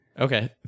Okay